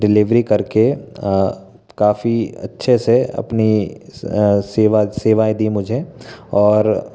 delivery करके काफ़ी अच्छे से अपनी सेवा सेवाएँ दी मुझे और